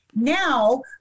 Now